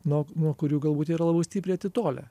nuok nuo kurių galbūt jie yra labai stipriai atitolę